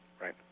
Right